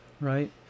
Right